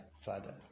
father